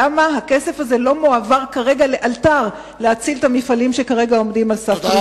למה הכסף לא מועבר לאלתר להציל את המפעלים שכרגע עומדים על סף קריסה?